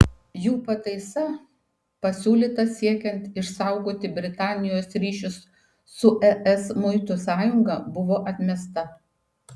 jų pataisa pasiūlyta siekiant išsaugoti britanijos ryšius su es muitų sąjunga buvo atmesta